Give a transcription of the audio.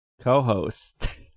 co-host